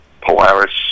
Polaris